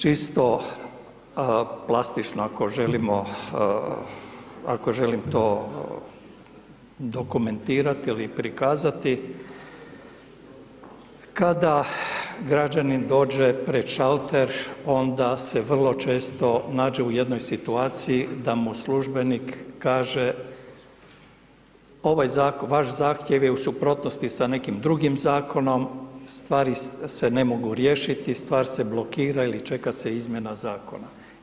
Čisto plastično ako želimo, ako želim to dokumentirati ili prikazati, kada građanin dođe pred šalter onda se vrlo često nađe u jednoj situaciji da mu službenik kaže ovaj zahtjev, vaš zahtjev je u suprotnosti sa nekim drugim zakonom, stvari se ne mogu riješiti, stvar se blokira ili čeka se izmjena zakona.